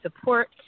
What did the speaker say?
support